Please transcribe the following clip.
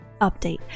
Update